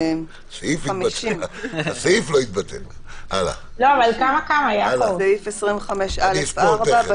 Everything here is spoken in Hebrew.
30. תיקון סעיף 14 (ג) להצעת החוק,